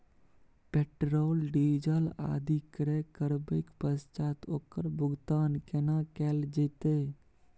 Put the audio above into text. Petrol, diesel आदि क्रय करबैक पश्चात ओकर भुगतान केना कैल जेतै?